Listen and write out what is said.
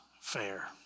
fair